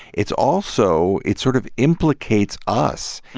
it's also it sort of implicates us